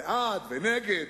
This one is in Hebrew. בעד ונגד,